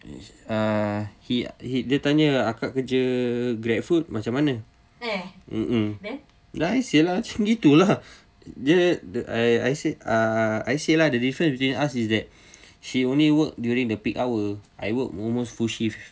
uh he he dia tanya akak kerja grabfood macam mana mmhmm then I said lah macam gitu lah dia I uh I say lah the difference between us is that she only work during the peak hour I work almost full shift